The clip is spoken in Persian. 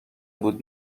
بود